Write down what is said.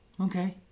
Okay